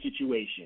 situation